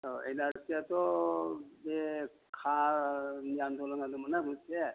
औ एनआरसियाथ' बे आन्दलन जादोंमोन ना मोनसे